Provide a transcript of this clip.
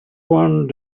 one